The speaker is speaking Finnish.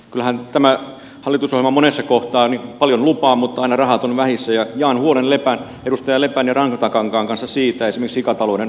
kyllähän tämä hallitusohjelma monessa kohtaa paljon lupaa mutta aina rahat ovat vähissä ja jaan huolen edustaja lepän ja rantakankaan kanssa siitä esimerkiksi sikatalouden osalta